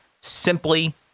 simply